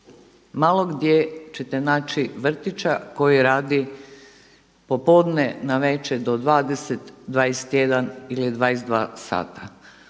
Malo gdje ćete naći vrtića koji radi popodne, navečer do 20,00, 21,00 ili 22,00 sata.